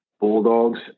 Bulldogs